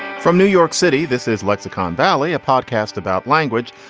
from new york city, this is lexicon valley, a podcast about language.